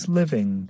living